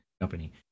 Company